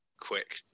quick